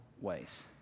ways